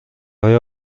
های